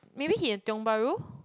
maybe he at Tiong-Bahru